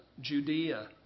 Judea